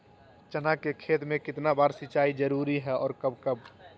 चना के खेत में कितना बार सिंचाई जरुरी है और कब कब?